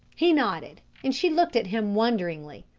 he nodded, and she looked at him wonderingly.